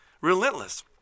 relentless